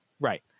Right